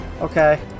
Okay